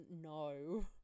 no